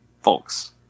Folks